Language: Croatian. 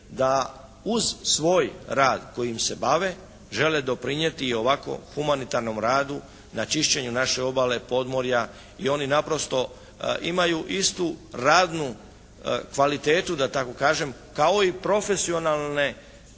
da uz svoj rad kojim se bave žele doprinijeti i ovakvom humanitarnom radu na čišćenju naše obale, podmorja i oni naprosto imaju istu radnu kvalitetu da tako kažem kao i profesionalne